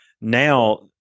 Now